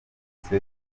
police